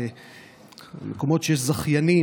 ומקומות של זכיינים,